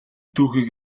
түүхийг